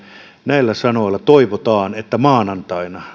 näillä sanoilla toivotaan että maanantaina